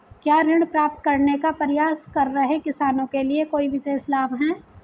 क्या ऋण प्राप्त करने का प्रयास कर रहे किसानों के लिए कोई विशेष लाभ हैं?